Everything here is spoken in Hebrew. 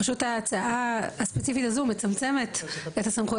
פשוט ההצעה הספציפית הזו מצמצמת את הסמכויות